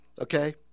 okay